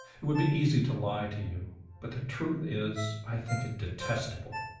it would be easy to lie to you but the truth is i think it detestable.